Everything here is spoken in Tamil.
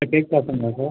சார் கேக் ஷாப்புங்களா சார்